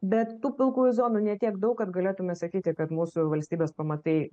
bet tų pilkųjų zonų ne tiek daug kad galėtume sakyti kad mūsų valstybės pamatai